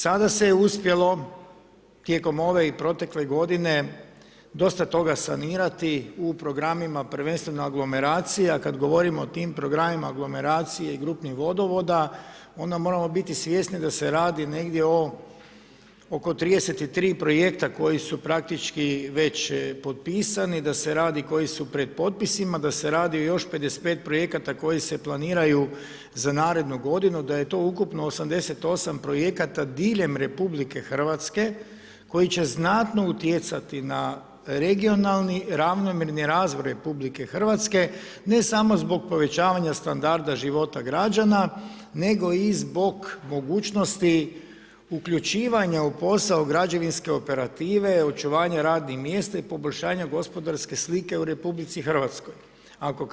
Sada se uspjelo tijekom ove i protekle godine, dosta toga sanirati u programima prvenstveno aglomeracija, a kad govorimo o tim programima aglomeracije i grupnih vodovoda onda moramo biti svjesni da se radi negdje o, oko 33 projekta koji su praktički već potpisani, da se radi koji su pred potpisima, da se radi o još 55 projekata koji se planiraju za narednu godinu, da je to ukupno 88 projekata diljem Republike Hrvatske, koji će znatno utjecati na regionalni ravnomjerni razvoj Republike Hrvatske, ne samo zbog povećavanja standarda života građana, nego i zbog mogućnosti uključivanja u posao građevinske operative, očuvanja radnih mjesta i poboljšanja gospodarske slike u Republici Hrvatskoj.